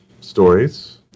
stories